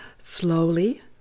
Slowly